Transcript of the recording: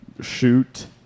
shoot